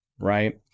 right